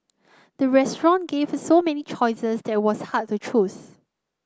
the restaurant gave so many choices that it was hard to choose